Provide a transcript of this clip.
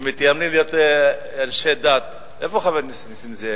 מתיימרים להיות אנשי דת, איפה חבר הכנסת נסים זאב?